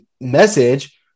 message